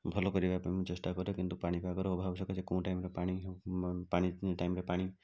ଭଲ କରିବା ପାଇଁ ମୁଁ ଚେଷ୍ଟା କରେ କିନ୍ତୁ ପାଣିପାଗର ଅଭାବ ସକାଶେ କେଉଁ ଟାଇମ୍ରେ ପାଣି ହେଉ ପାଣି ଟାଇମ୍ରେ ପାଣି